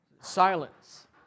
silence